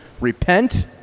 Repent